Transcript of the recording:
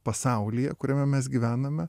pasaulyje kuriame mes gyvename